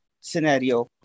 scenario